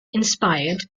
inspired